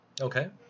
Okay